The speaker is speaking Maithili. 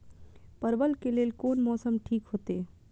परवल के लेल कोन मौसम ठीक होते?